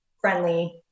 friendly